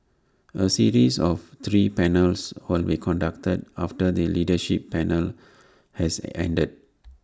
A series of three panels will be conducted after the leadership panel has ended